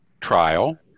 trial